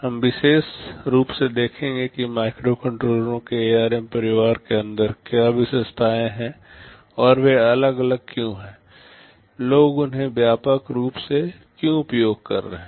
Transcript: हम विशेष रूप से देखेंगे कि माइक्रोकंट्रोलरों के एआरएम परिवार के अंदर क्या विशेषताएं हैं और वे अलग अलग क्यों हैं लोग उन्हें व्यापक रूप से क्यों उपयोग कर रहे हैं